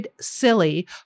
silly